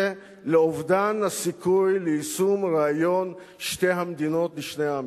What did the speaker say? לאובדן הסיכוי ליישום רעיון שתי המדינות לשני עמים,